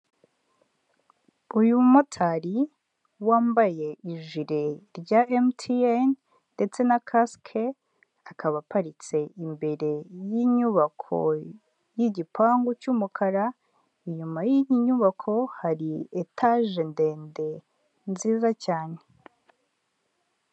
Uyu mumotari wambaye ijire rya MTN ndetse na kasike, akaba aparitse imbere y'inyubako y'igipangu cy'umukara, inyuma y'iyi nyubako hari etaje ndende nziza cyane.